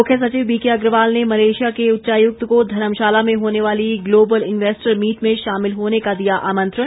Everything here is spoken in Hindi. मुख्य सचिव बीकेअग्रवाल ने मलेशिया के उच्चायुक्त को धर्मशाला में होने वाली ग्लोबल इन्वेस्टर मीट में शामिल होने का दिया आमंत्रण